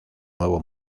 nuevo